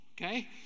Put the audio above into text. Okay